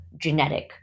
genetic